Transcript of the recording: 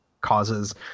causes